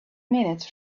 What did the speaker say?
minutes